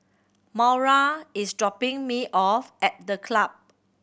Maura is dropping me off at The Club